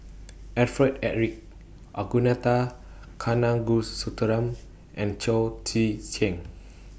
Alfred Eric Ragunathar Kanagasuntheram and Chao Tzee Cheng